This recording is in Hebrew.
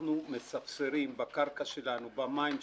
כשאנחנו מספסרים בקרקע שלנו, במים שלנו,